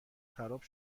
خراب